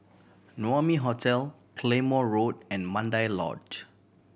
Naumi Hotel Claymore Road and Mandai Lodge